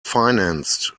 financed